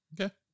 Okay